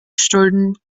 schulden